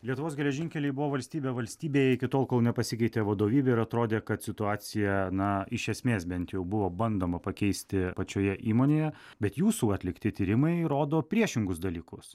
lietuvos geležinkeliai buvo valstybė valstybėj iki tol kol nepasikeitė vadovybė ir atrodė kad situacija na iš esmės bent jau buvo bandoma pakeisti pačioje įmonėje bet jūsų atlikti tyrimai rodo priešingus dalykus